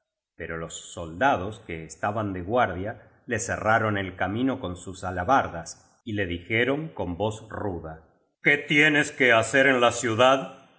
pero los soldados que estaban de guardia le cerraron el camino con sus alabardas y le dijeron con voz ruda qué tienes que hacer en la ciudad